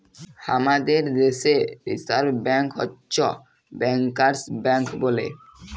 হামাদের দ্যাশে reserve bank হচ্ছ ব্যাংকার্স ব্যাঙ্ক বলে